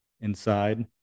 inside